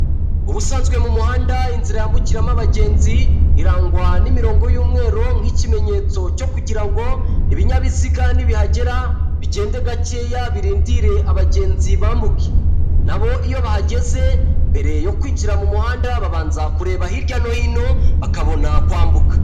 Ubusanzwe mu muhanda inzira yambukiramo abagenzi, irangwaha n'imirongo y'umweru nk'ikimenyetso cyo kugirango ibinyabiziga nibihagera bigende gakeya birindire abagenzi bambuke. Nabo iyo bahageze mbere yo kwinjira mu muhanda, babanza kureba hirya no hino bakabona kwambuka.